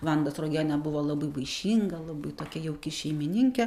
vanda sruogienė buvo labai vaišinga labai tokia jauki šeimininkė